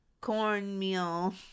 cornmeal